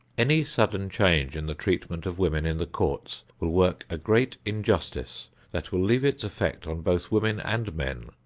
any sudden change in the treatment of women in the courts will work a great injustice that will leave its effect on both women and men,